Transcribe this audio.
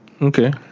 Okay